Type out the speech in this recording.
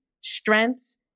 strengths